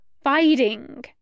fighting